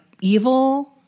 evil